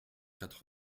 quatre